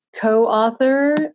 co-author